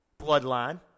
Bloodline